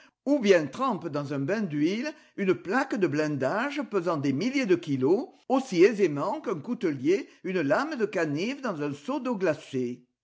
ou bien trempent dans un bain d'huile une plaque de blindage pesant des milliers de kilos aussi aisément qu'un coutelier une lame de canif dans un seau d'eau glacée